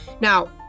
now